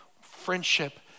friendship